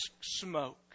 smoke